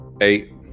Eight